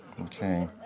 okay